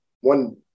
One